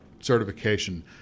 certification